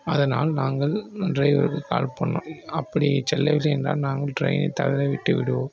அதனால் நாங்கள் டிரைவருக்கு கால் பண்ணோம் அப்படி செல்லவில்லை என்றால் நாங்கள் டிரெயினை தவற விட்டு விடுவோம்